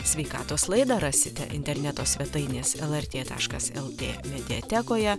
sveikatos laidą rasite interneto svetainės lrt taškas lt mediatekoje